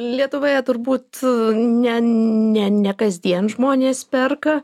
lietuvoje turbūt ne ne ne kasdien žmonės perka